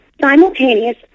simultaneous